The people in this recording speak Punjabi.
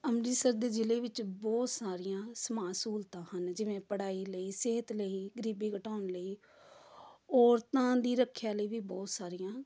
ਅੰਮ੍ਰਿਤਸਰ ਦੇ ਜ਼ਿਲ੍ਹੇ ਵਿੱਚ ਬਹੁਤ ਸਾਰੀਆਂ ਸਮਾਜ ਸਹੂਲਤਾਂ ਹਨ ਜਿਵੇਂ ਪੜ੍ਹਾਈ ਲਈ ਸਿਹਤ ਲਈ ਗਰੀਬੀ ਘਟਾਉਣ ਲਈ ਔਰਤਾਂ ਦੀ ਰੱਖਿਆ ਲਈ ਵੀ ਬਹੁਤ ਸਾਰੀਆਂ